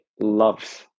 loves